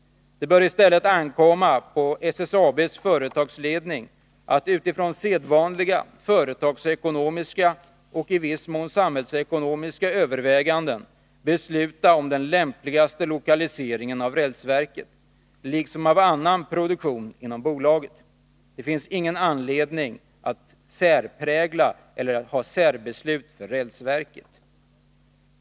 Det bör i stället ankomma på SSAB:s företagsledning att utifrån sedvanliga företagsekonomiska och i viss mån samhällsekonomiska överväganden besluta om den lämpligaste lokaliseringen av rälsverket liksom av annan produktion inom bolaget. Det finns ingen anledning att särprägla rälsverket eller att fatta särbeslut för det.